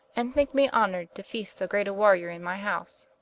and thinke me honored, to feast so great a warrior in my house.